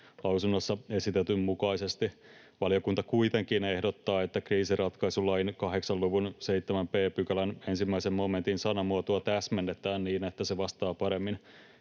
lausunnossa esitetyn mukaisesti. Valiokunta kuitenkin ehdottaa, että kriisinratkaisulain 8 luvun 7 b §:n 1 momentin sanamuotoa täsmennetään niin, että se vastaa paremmin